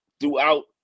throughout